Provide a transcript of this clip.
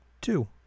two